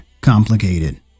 complicated